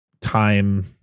time